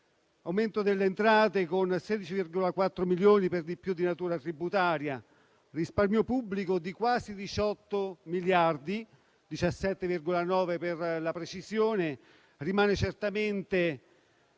l'aumento delle entrate (16,4 miliardi), per di più di natura tributaria. Il risparmio pubblico di quasi 18 miliardi (17,9, per la precisione) rimane certamente